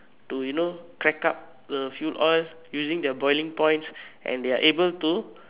to you know crack up the fuel oil using their boiling points and they're able to